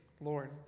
Lord